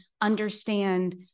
understand